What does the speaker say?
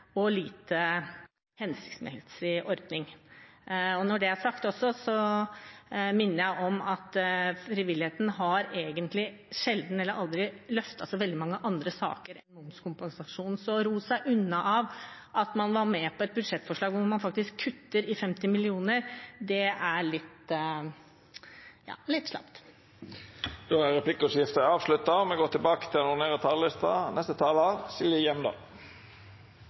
og lite hensiktsmessig ordning. Når det er sagt, vil jeg også minne om at frivilligheten sjelden eller aldri har løftet så veldig mange andre saker enn momskompensasjonen. Så det å ro seg unna at man var med på et budsjettforslag hvor man faktisk kutter i 50 mill. kr, er litt sleipt. Replikkordskiftet er avslutta. Det går ikke en eneste budsjettdebatt for familie- og